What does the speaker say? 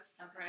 Okay